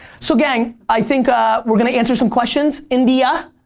so gang, i think we're going to answer some questions. india,